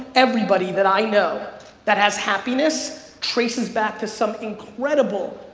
everybody that i know that has happiness traces back to some incredible,